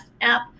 app